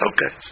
Okay